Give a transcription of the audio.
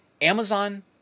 Amazon